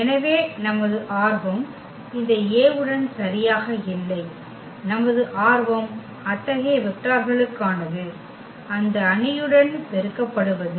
எனவே நமது ஆர்வம் இந்த A உடன் சரியாக இல்லை நமது ஆர்வம் அத்தகைய வெக்டர்களுக்கானது அந்த அணியுடன் பெருக்கப்படுவது